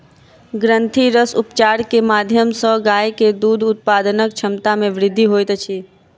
ग्रंथिरस उपचार के माध्यम सॅ गाय के दूध उत्पादनक क्षमता में वृद्धि होइत अछि